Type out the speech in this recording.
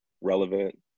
relevant